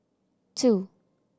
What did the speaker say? two